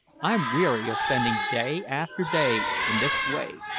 i'm weary of spending day after day in this way,